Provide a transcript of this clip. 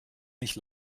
nicht